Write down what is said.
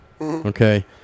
Okay